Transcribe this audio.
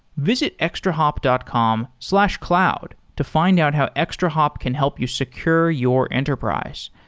visit extrahop dot com slash cloud to find out how extrahop can help you secure your enterprise.